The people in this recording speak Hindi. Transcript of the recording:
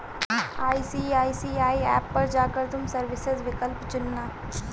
आई.सी.आई.सी.आई ऐप पर जा कर तुम सर्विसेस विकल्प चुनना